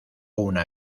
una